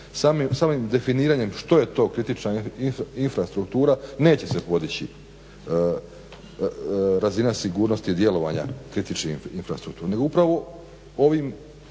samim definiranjem što je to kritična infrastruktura neće se podići razina sigurnosti djelovanja kritičnih infrastruktura. Upravo ovim